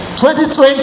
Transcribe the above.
2020